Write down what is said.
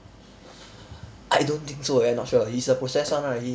I don't think so I not sure he's the process one right he